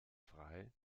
frei